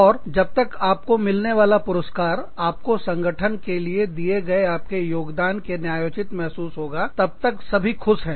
और जब तक आपको मिलने वाला पुरस्कार आपको संगठन के लिए दिए गए आपके योगदान के न्यायोचित महसूस होगा तब तक सभी खुश हैं